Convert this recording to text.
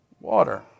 water